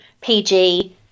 PG